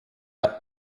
pas